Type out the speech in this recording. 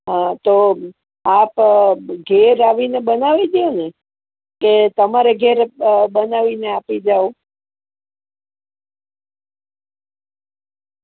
હ તો આપ ઘરે આવીને બનાવી દ્યોને કે તમારે ઘરે બનાવીને આપી જાઓ